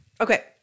Okay